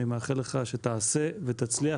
אני מאחל לך שתעשה ותצליח,